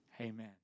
amen